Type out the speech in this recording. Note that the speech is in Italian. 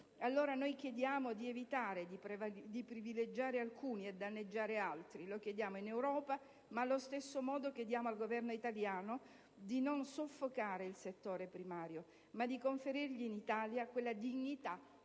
Allora, noi chiediamo di evitare di privilegiare alcuni e di danneggiare altri. Lo chiediamo in Europa, ma allo stesso modo chiediamo al Governo italiano di non soffocare il settore primario, ma di conferirgli in Italia quella dignità